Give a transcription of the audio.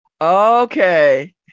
Okay